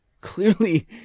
Clearly